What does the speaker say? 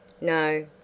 No